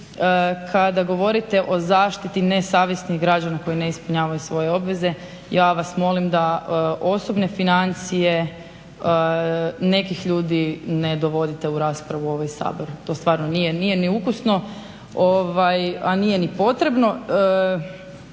kada govorite o zaštiti nesavjesnih građana koji ne ispunjavaju svoje obveze ja vas molim da osobne financije nekih ljudi ne dovodite u raspravu u ovaj Sabor. To stvarno nije, nije ni ukusno, a nije ni potrebno.